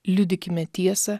liudykime tiesą